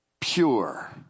pure